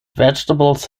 vegetables